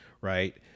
Right